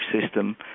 system